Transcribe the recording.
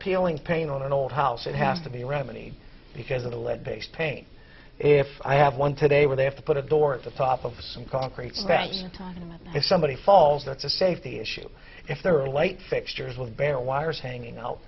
peeling paint on an old house it has to be remedied because of the lead based paint if i have one today where they have to put a door at the top of some concrete last time and if somebody falls that's a safety issue if there are light fixtures with bent wires hanging out